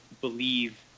believe